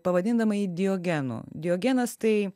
pavadindama jį diogenu diogenas tai